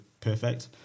perfect